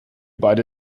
beide